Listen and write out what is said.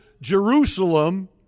Jerusalem